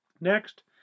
Next